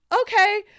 okay